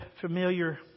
familiar